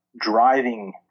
Driving